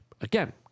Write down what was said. again